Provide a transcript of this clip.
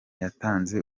yatanze